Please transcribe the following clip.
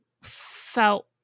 felt